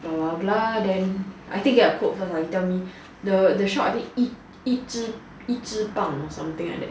blah blah blah then I think get a quote first ah you tell me the the shop I think 一只一只棒 or something like that